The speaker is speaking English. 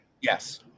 Yes